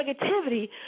negativity